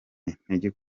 intege